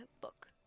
book